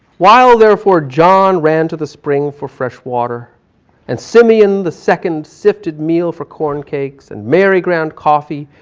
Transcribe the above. while therefore john ran to the spring for fresh water and simeon the second sifted meal for corn cakes and mary ground coffee,